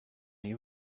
you